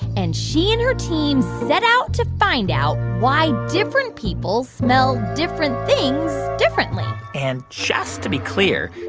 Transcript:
and she and her team set out to find out why different people smell different things differently and just to be clear,